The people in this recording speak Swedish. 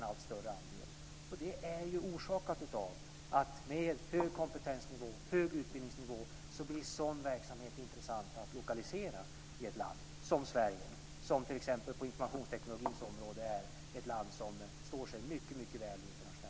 Det är orsakat av att om vi har en hög kompetens och utbildningsnivå blir sådan verksamhet intressant att lokalisera till ett land som Sverige, t.ex. på informationsteknologins område, där vårt land står sig mycket väl i den internationella konkurrensen.